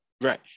Right